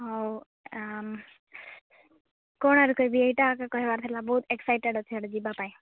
ହଉ ଆଉ କୋଣାର୍କ ବି ଏଇଟା କହିବାର ଥିଲା ବହୁତ ଏକ୍ସସାଇଟେଡ଼୍ ଅଛି ସିଆଡ଼େ ଯିବାପାଇଁ